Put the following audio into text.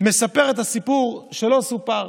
מספר את הסיפור שלא סופר